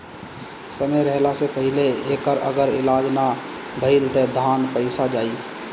समय रहला से पहिले एकर अगर इलाज ना भईल त धान पइया जाई